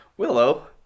Willow